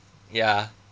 ya